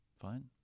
Fine